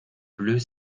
bleus